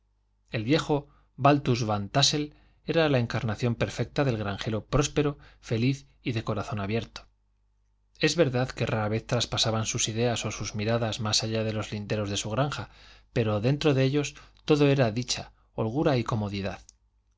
el viejo baltus van tássel era la encarnación perfecta del granjero próspero feliz y de corazón abierto es verdad que rara vez traspasaban sus ideas o sus miradas más allá de los linderos de su granja pero dentro de ellos todo era dicha holgura y comodidad